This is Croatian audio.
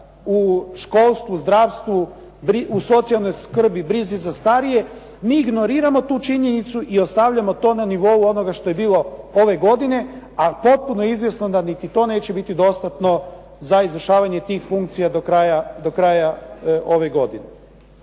u školstvu, zdravstvu, u socijalnoj skrbi, brizi za starije mi ignoriramo tu činjenicu i ostavljamo to na nivou onoga što je bilo ove godine a potpuno je izvjesno da niti to neće biti dostatno za izvršavanje tih funkcija do kraja ove godine.